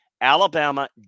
Alabama